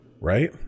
Right